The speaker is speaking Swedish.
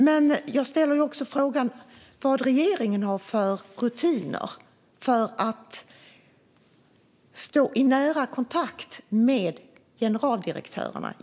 Men jag ställer också frågan vad regeringen har för rutiner för att stå i nära kontakt med generaldirektörerna.